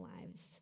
lives